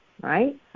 right